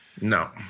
No